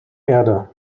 erde